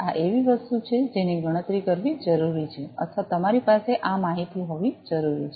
આ એવી વસ્તુ છે જેની ગણતરી કરવી જરૂરી છે અથવા તમારી પાસે આ માહિતી હોવી જરૂરી છે